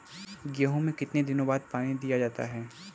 गेहूँ में कितने दिनों बाद पानी दिया जाता है?